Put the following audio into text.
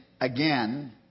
again